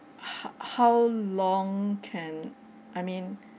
h~ how long can I mean